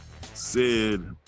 Sid